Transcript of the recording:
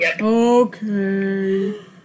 Okay